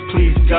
Please